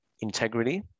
integrity